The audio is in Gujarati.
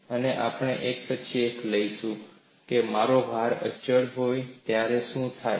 અને આપણે એક પછી એક લઈશું જ્યારે મારો ભાર અચળ હોય ત્યારે શું થાય છે